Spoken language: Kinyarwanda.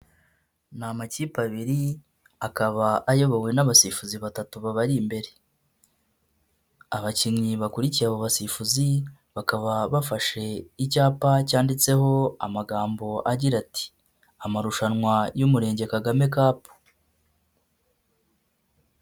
Ni amakipe abiri, akaba ayobowe n'abasifuzi batatu babari imbere, abakinnyi bakurikiye abo basifuzi, bakaba bafashe icyapa cyanditseho amagambo agira ati" Amarushanwa y'umurenge Kagame cup".